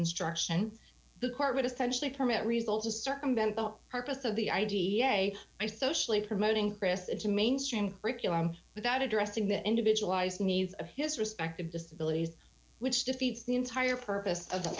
instruction the court would essentially permit result is circumvent the purpose of the id a i socialize promoting christa to mainstream curriculum without addressing the individualized needs of his respective disabilities which defeats the entire purpose of the